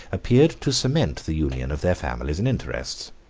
appeared to cement the union of their families and interests.